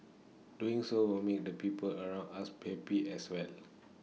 doing so will make the people around us happy as well